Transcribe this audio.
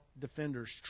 defenders